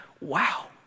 wow